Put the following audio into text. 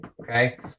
Okay